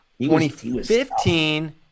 2015